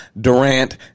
Durant